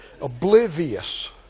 Oblivious